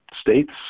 States